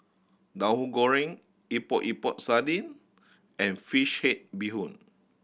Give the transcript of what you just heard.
Tahu Goreng Epok Epok Sardin and fish head bee hoon